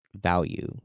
value